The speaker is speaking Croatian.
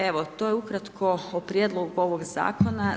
Evo, to je ukratko o prijedlogu ovog Zakona.